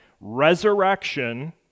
resurrection